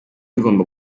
igomba